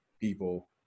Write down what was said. people